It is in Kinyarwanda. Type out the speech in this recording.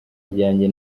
ryanjye